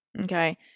okay